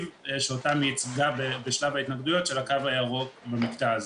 שאותם היא ייצגה בשלב ההתנגדויות של הקו הירוק במקטע הזה.